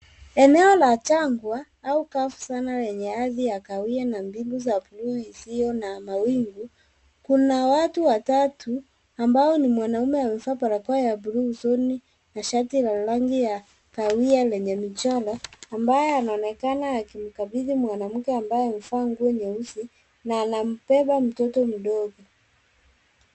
Eneo la jangwa au kavu sana yenye ardhi ya kahawia na mbingu za bluu isiyo na mawingu. Kuna watu watatu ambao ni mwanaume amevaa barakoa ya bluu nzuri na shati la rangi ya kahawia lenye michoro ambaye anaonekana akimkabidhi mwanamke ambaye amevaa nguo nyeusi na anambeba mtoto mdogo.